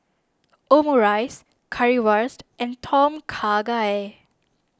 Omurice Currywurst and Tom Kha Gai